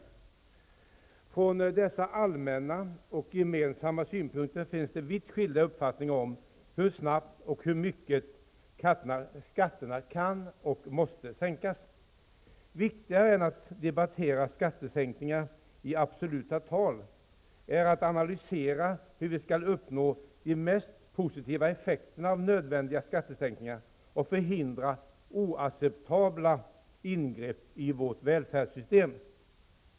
Vid sidan av dessa allmänna och gemensamma synpunkter finns det vitt skilda uppfattningar om hur snabbt och hur mycket skatterna kan, och måste, sänkas. Viktigare än att debattera skattesänkningar i absoluta tal är det att analysera hur vi kan uppnå de mest positiva effekterna av nödvändiga skattesänkningar och förhindra oacceptabla ingrepp i vårt välfärdssystem.